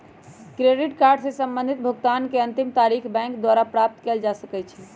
credit card से संबंधित भुगतान के अंतिम तारिख बैंक द्वारा प्राप्त कयल जा सकइ छइ